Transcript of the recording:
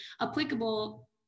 applicable